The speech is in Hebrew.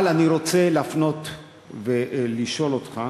אבל אני רוצה להפנות ולשאול אותך,